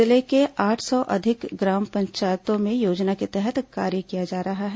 जिले के आठ सौ अधिक ग्राम पंचायतों में योजना के तहत कार्य किया जा रहा है